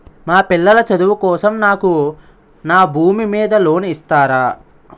మా పిల్లల చదువు కోసం నాకు నా భూమి మీద లోన్ ఇస్తారా?